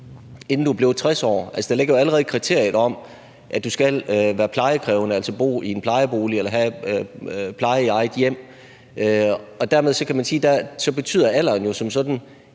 inden du er blevet 60 år. Der ligger jo allerede kriteriet om, at du skal være plejekrævende, altså bo i en plejebolig eller have pleje i eget hjem. Og dermed kan man sige, at så betyder alderen jo som sådan